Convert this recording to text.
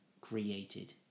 created